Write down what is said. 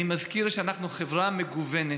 אני מזכיר שאנחנו חברה מגוונת,